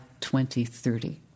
2030